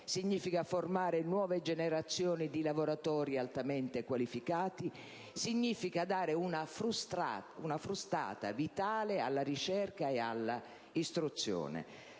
significa formare nuove generazioni di lavoratori altamente qualificati, significa dare una frustata vitale alla ricerca e all'istruzione».